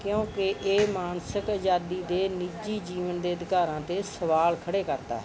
ਕਿਉਂਕਿ ਇਹ ਮਾਨਸਿਕ ਆਜ਼ਾਦੀ ਦੇ ਨਿੱਜੀ ਜੀਵਨ ਦੇ ਅਧਿਕਾਰਾਂ 'ਤੇ ਸਵਾਲ ਖੜ੍ਹੇ ਕਰਦਾ ਹੈ